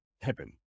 happen